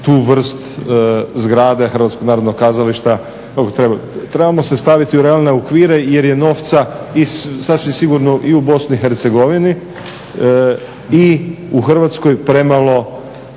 tu vrst zgrade Hrvatskog narodnog kazališta. Trebamo se staviti u realne okvire jer je novca sasvim sigurno i u BiH i u Hrvatskoj premalo,